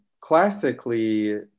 Classically